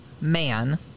man